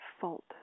fault